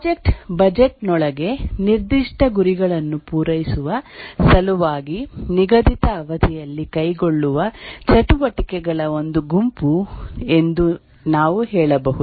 project budget ನೊಳಗೆ ನಿರ್ದಿಷ್ಟ ಗುರಿಗಳನ್ನು ಪೂರೈಸುವ ಸಲುವಾಗಿ ನಿಗದಿತ ಅವಧಿಯಲ್ಲಿ ಕೈಗೊಳ್ಳುವ ಚಟುವಟಿಕೆಗಳ ಒಂದು ಗುಂಪು ಎಂದು ನಾವು ಹೇಳಬಹುದು